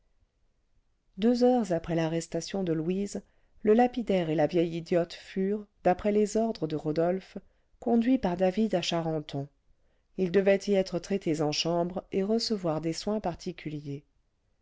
deux heures après l'arrestation de louise le lapidaire et la vieille idiote furent d'après les ordres de rodolphe conduits par david à charenton ils devaient y être traités en chambre et recevoir des soins particuliers